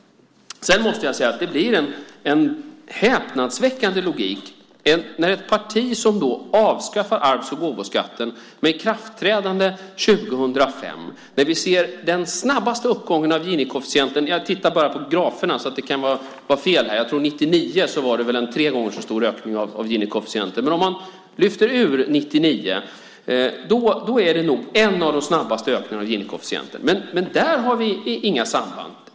Sedan måste jag säga att det blir en häpnadsväckande logik från ett parti som avskaffade arvs och gåvoskatten med ikraftträdande 2005, när vi ser den snabbaste ökningen av ginikoefficienten. Jag tittar bara på graferna, så det kan vara fel. 1999 tror jag att det var en tre gånger så stor ökning av ginikoefficienten. Men om man lyfter bort 1999 är det nog en av de snabbaste ökningarna av ginikoefficienten. Där har vi inga samband.